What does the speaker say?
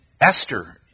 Esther